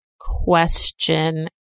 question